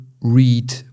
read